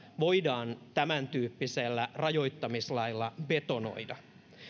voidaan tämän tyyppisellä rajoittamislailla betonoida